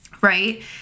right